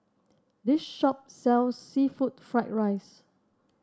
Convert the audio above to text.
this shop sells seafood Fried Rice